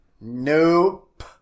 Nope